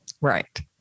Right